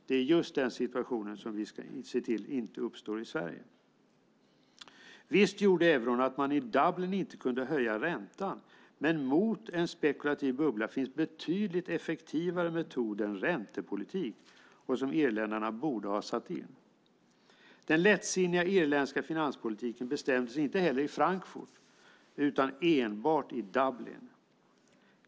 Det är just den situationen vi ska se till inte uppstår i Sverige. Visst gjorde euron att man i Dublin inte kunde höja räntan. Men mot en spekulativ bubbla finns betydligt effektivare metoder än räntepolitik och som irländarna borde ha satt in. Den lättsinniga irländska finanspolitiken bestämdes inte heller i Frankfurt utan enbart i Dublin.